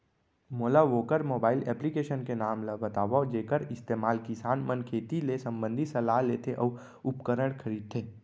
मोला वोकर mobile application के नाम ल बतावव जेखर इस्तेमाल किसान मन खेती ले संबंधित सलाह लेथे अऊ उपकरण खरीदथे?